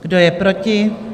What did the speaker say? Kdo je proti?